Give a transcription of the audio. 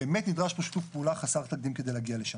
באמת נדרש פה שיתוף פעולה חסר תקדים כדי להגיע לשם.